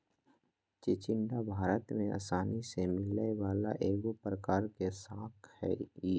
चिचिण्डा भारत में आसानी से मिलय वला एगो प्रकार के शाक हइ